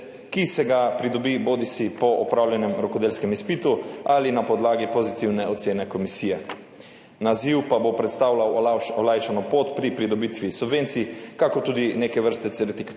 ki se ga pridobi bodisi po opravljenem rokodelskem izpitu ali na podlagi pozitivne ocene komisije, naziv pa bo predstavljal olajšano pot pri pridobitvi subvencij, kakor tudi neke vrste certifikat